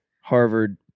Harvard